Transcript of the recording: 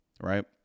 Right